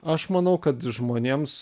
aš manau kad žmonėms